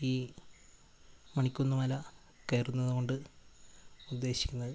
ഈ മണിക്കുന്ന് മല കയറുന്നത് കൊണ്ട് ഉദ്ദേശിക്കുന്നത്